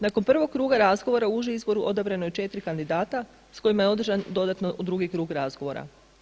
Nakon prvog kruga razgovora u uži izbor odabrano je četiri kandidata s kojima je održan dodatno drugi krug razgovora.